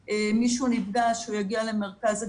מישהו נפגע אז שהוא יגיע למרכז ההגנה,